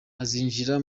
azinjira